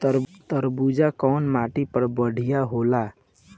तरबूज कउन माटी पर बढ़ीया होला?